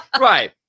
Right